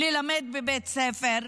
ללמד בבית ספר יהודי.